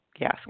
Yes